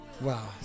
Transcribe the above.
Wow